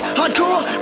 hardcore